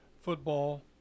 football